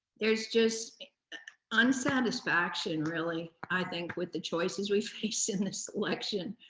there's just unsatisfaction, really, i think, with the choices we face in this election.